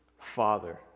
Father